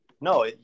no